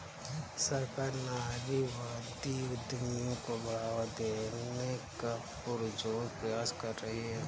सरकार नारीवादी उद्यमियों को बढ़ावा देने का पुरजोर प्रयास कर रही है